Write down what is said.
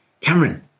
Cameron